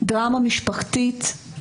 דרמה משפחתית,